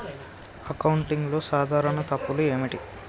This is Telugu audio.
అకౌంటింగ్లో సాధారణ తప్పులు ఏమిటి?